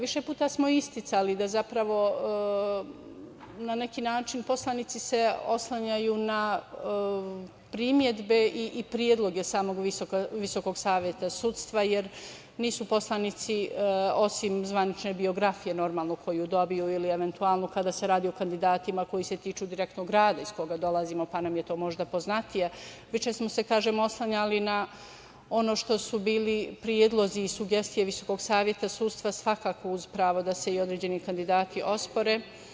Više puta smo isticali da se zapravo na neki način poslanici oslanjaju na primedbe i predloge samog VSS, jer poslanici, osim zvanične biografije, normalno, koju dobiju, ili eventualno kada se radi o kandidatima koji se tiču direktnog grada iz koga dolazimo, pa nam je to možda poznatije, više smo se oslanjali na ono što su bili predlozi i sugestije VSS, svakako uz pravo da se i određeni kandidati ospore.